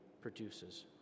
produces